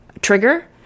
trigger